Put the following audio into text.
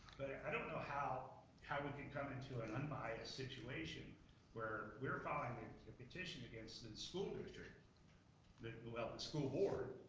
i don't know how how we could come and to an unbiased situation where we're filing a petition against the school district that will help the school board,